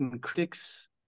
critics